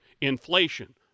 inflation